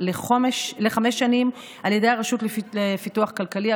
לחמש שנים על ידי הרשות לפיתוח כלכלי.